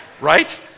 right